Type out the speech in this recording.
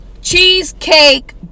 Cheesecake